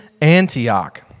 Antioch